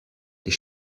die